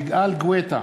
יגאל גואטה,